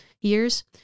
years